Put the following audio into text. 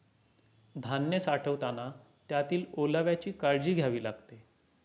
धान्य साठवताना त्यातील ओलाव्याची काळजी घ्यावी लागते